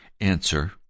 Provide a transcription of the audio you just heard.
answer